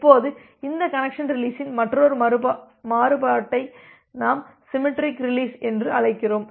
இப்போது இந்த கனெக்சன் ரீலிஸின் மற்றொரு மாறுபாட்டை நாம் சிமெட்ரிக் ரீலிஸ் என்று அழைக்கிறோம்